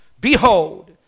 behold